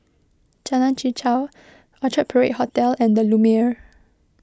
Jalan Chichau Orchard Parade Hotel and the Lumiere